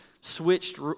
switched